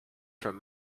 from